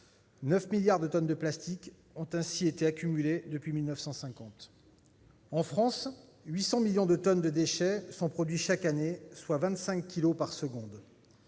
9 milliards de tonnes de plastique ont été accumulées depuis 1950. En France, 800 millions de tonnes de déchets sont produites chaque année, soit 25 kilos par seconde.